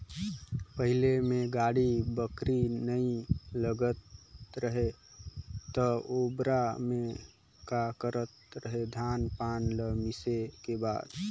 पहिले ले बाड़ी बखरी नइ लगात रहें त ओबेरा में का करत रहें, धान पान ल मिसे के बाद